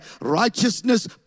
righteousness